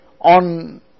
On